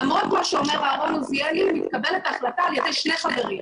למרות מה שאומר אהרון עוזיאלי מתקבלת החלטה על ידי שני חברים.